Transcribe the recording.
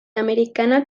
americana